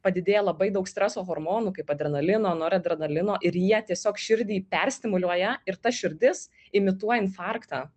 padidėja labai daug streso hormonų kaip adrenalino noradrenalino ir jie tiesiog širdį perstimuliuoja ir ta širdis imituoja infarktą